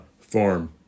form